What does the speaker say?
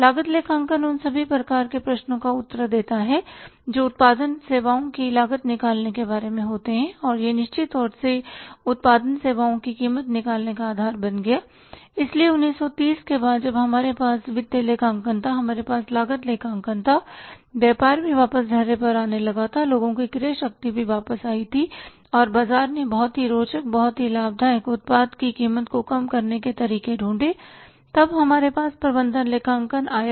लागत लेखांकन उन सभी प्रकार के प्रश्नों का उत्तर देता है जो उत्पादन सेवाओं की लागत निकालने के बारे में होते हैं और यह निश्चित तौर से उत्पादन सेवाओं की कीमत निकालने का आधार बन गया इसलिए 1930 के बाद जब हमारे पास वित्तीय लेखांकन था हमारे पास लागत लेखांकन था व्यापार भी वापस ढर्रे पर आने लगा लोगों की क्रय शक्ति भी वापस आई और व्यापार ने बहुत ही रोचक बहुत ही लाभदायक उत्पाद की कीमत को कम करने के तरीके ढूंढे तब हमारे पास प्रबंधन लेखांकन आया